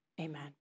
amen